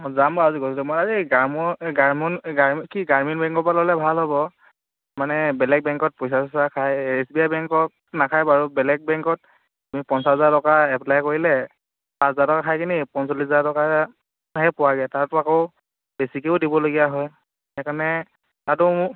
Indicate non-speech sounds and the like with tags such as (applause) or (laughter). যাম আৰু আজি গধূলি (unintelligible) গ্ৰামীণ বেঙ্কৰপৰা ল'লে ভাল হ'ব মানে বেলেগ বেঙ্কত পইচা চইছা খাই এচ বি আই বেঙ্কত নাখায় বাৰু বেলেগ বেঙ্কত পঞ্চাছ হাজাৰ টকা এপ্লাই কৰিলে পাঁচ হাজাৰ টকা খাই পিনে পঞ্চল্লিছ হাজাৰ টকাহে পৰেগৈ তাৰপৰা আকৌ বেছিকৈও দিবলগীয়া হয় সেইকাৰণে তাতো